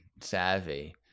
savvy